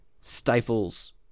stifles